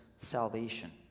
salvation